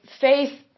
faith